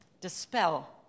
dispel